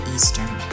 Eastern